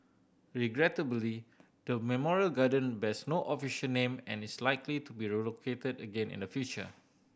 regrettably the memorial garden bears no official name and is likely to be relocated again in the future